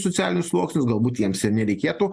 socialinis sluoksnis galbūt jiems ir nereikėtų